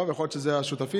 יכול להיות שאלה השותפים?